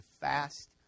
fast